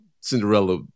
Cinderella